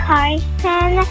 Carson